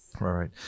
right